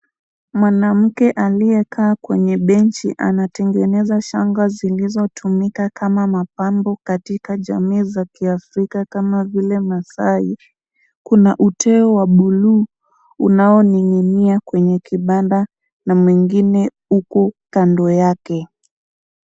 Mwanamke aliyekaa kwenye benchi anatengeneza shanga zilizotumika kama mapambo katika jamii za kiafrika kama vile masai. Kuna uteo wa buluu unaoning'inia kwenye kibanda na mwingine huku kando yake.